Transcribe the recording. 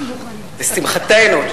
לשמחתנו.